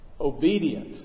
obedient